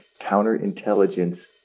counterintelligence